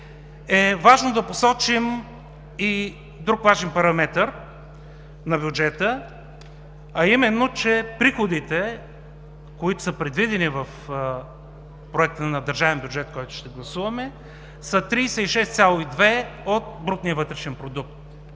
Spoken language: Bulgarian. важно да посочим и друг важен параметър на бюджета, че приходите, предвидени в Проекта за държавен бюджет, който ще гласуваме, са 36,2% от брутния вътрешен продукт;